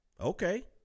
Okay